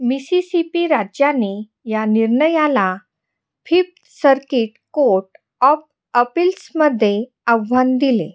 Mississippi राज्याने या निर्णयाला फिफ्त सर्किट कोर्ट ऑफ अपील्समध्ये आव्हान दिले